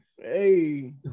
Hey